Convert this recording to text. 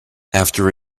after